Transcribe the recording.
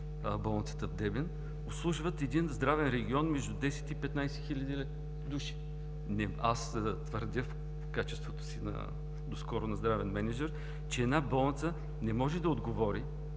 болницата в Девин, обслужват здравен регион между 10 и 15 хиляди души. Аз твърдя в качеството си на доскоро здравен мениджър, че една болница не може да отговори